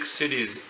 cities